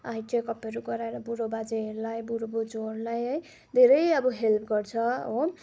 I checkup गराएर बुढो बाजेहरूलाई बुढो बज्यूहरूलाई है धेरै अब हेल्प गर्छ हो